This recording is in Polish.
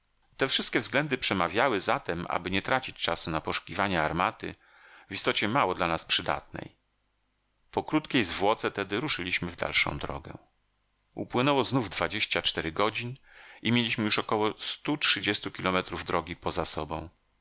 te wszystkie względy przemawiały za tem aby nie tracić czasu na poszukiwanie armaty w istocie mało dla nas przydatnej po krótkiej zwłoce tedy ruszyliśmy w dalszą drogę upłynęło znów dwadzieścia cztery godzin i mieliśmy już około stu trzydziestu kilometrów drogi poza sobą